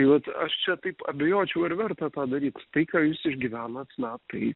tai vat aš čia taip abejočiau ar verta tą daryt tai ką jūs išgyvenat na tai